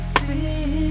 see